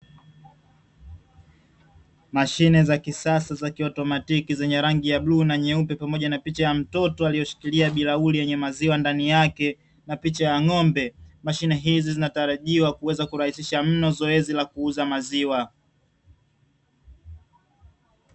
Mashine za kisasa za kiotomatiki zenye rangi ya bluu na nyeupe, pamoja na picha ya mtoto aliyeshikilia bilauri yenye maziwa ndani yake na picha ya ng'ombe mashine hizi zinatarajiwa kuweza kurahisisha mno zoezi la kuuza maziwa.